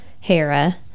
Hera